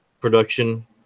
production